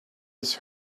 his